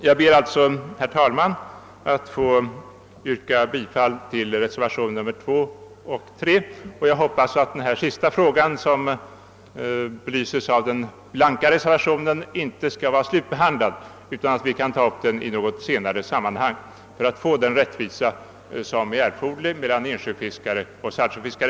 Jag ber alltså, herr talman, att få yrka bifall till reservationerna nr 2 och nr 3, och jag hoppas att den sista frågan — som avses med den blanka reservationen — inte skall vara slutbehandlad nu, utan att vi kan ta upp den i något senare sammanhang för att få till stånd den rättvisa som är erforderlig mellan insjöfiskare och saltsjöfiskare.